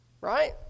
right